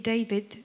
David